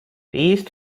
these